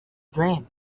dream